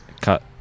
Cut